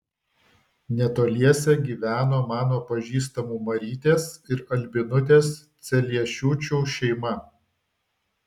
netoliese gyveno mano pažįstamų marytės ir albinutės celiešiūčių šeima